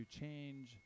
change